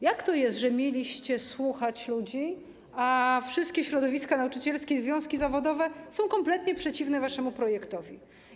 Jak to jest, że mieliście słuchać ludzi, a wszystkie środowiska nauczycielskie i związki zawodowe są kompletnie przeciwne waszemu projektowi?